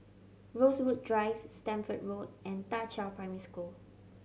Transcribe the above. Rosewood Drive Stamford Road and Da Qiao Primary School